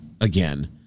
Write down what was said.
again